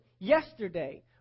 yesterday